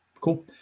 Cool